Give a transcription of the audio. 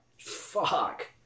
Fuck